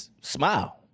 smile